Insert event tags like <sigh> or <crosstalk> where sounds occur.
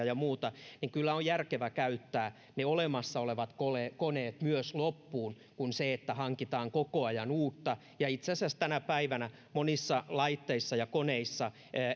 <unintelligible> ja muuta niin kyllä on järkevä käyttää ne olemassa olevat koneet koneet myös loppuun kuin että hankitaan koko ajan uutta itse asiassa tänä päivänä monissa laitteissa ja koneissa